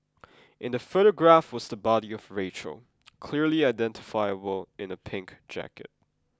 in the photograph was the body of Rachel clearly identifiable in a pink jacket